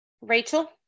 Rachel